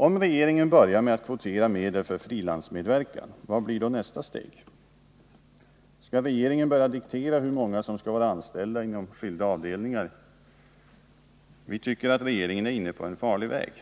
Om regeringen börjar med att kvotera medel för frilansmedverkan, vad blir då nästa steg? Skall regeringen börja diktera hur många som skall vara anställda på olika avdelningar? Vi tycker att regeringen är inne på en farlig väg.